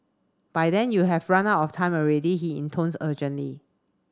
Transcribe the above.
by then you have run out of time already he intones urgently